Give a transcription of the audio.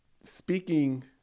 speaking